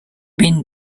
been